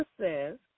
says